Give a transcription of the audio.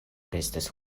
restas